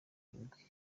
indwi